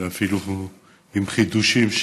אפילו עם חידושים.